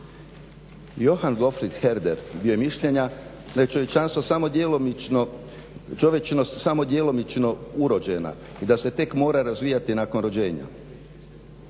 Johann Gottfried Herder bio je mišljenja da je čovječanstvo samo djelomično, čovječnost samo djelomično urođena i da se tek mora razvijati nakon rođenja.